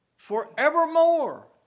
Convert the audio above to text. Forevermore